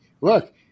Look